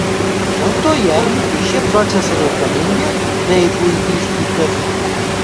gamtoje šie procesai reikalingi daigui vystytis